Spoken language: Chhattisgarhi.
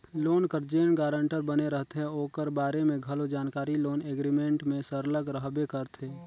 लोन कर जेन गारंटर बने रहथे ओकर बारे में घलो जानकारी लोन एग्रीमेंट में सरलग रहबे करथे